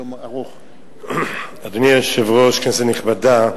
אדוני היושב-ראש, כנסת נכבדה,